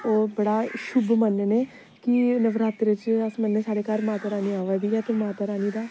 ओह् बड़ा इक शुभ मनन्ने कि नवरात्रे च अस मतलब सारे घर माता रानी अवा दी ऐ ते माता रानी दा